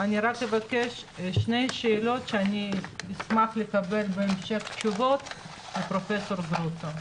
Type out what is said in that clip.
אני רק אבקש שתי שאלות שאשמח לקבל בהמשך תשובות עליהן מפרופ' גרוטו.